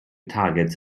targets